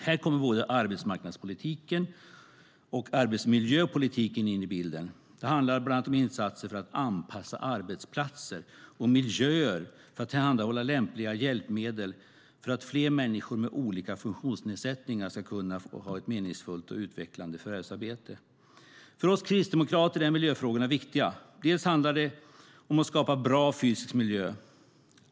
Här kommer både arbetsmarknadspolitiken och arbetsmiljöpolitiken in i bilden. Det handlar bland annat om insatser för att anpassa arbetsplatser och miljöer för att tillhandahålla lämpliga hjälpmedel för att fler människor med olika funktionsnedsättningar ska kunna ha ett meningsfullt och utvecklande förvärvsarbete. För oss Kristdemokrater är miljöfrågorna viktiga. Bland annat handlar det om att skapa en bra fysisk miljö.